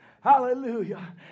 Hallelujah